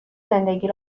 زندگی